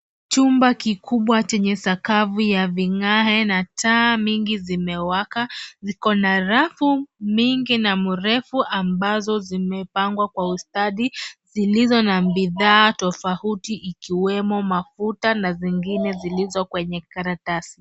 Chumba kikubwa chenye sakafu ya vigae na taa mingi zimewaka, ziko na rafu mingi na mrefu ambazo zimepangwa kwa ustadi, zilizo na bidhaa tofauti ikiwemo mafuta na zingine zilizo kwenye karatasi.